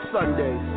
Sundays